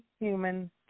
human